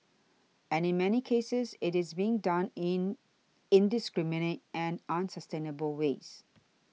and in many cases it is being done in indiscriminate and unsustainable ways